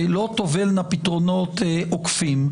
לא תובלנה פתרונות עוקפים,